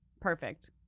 Perfect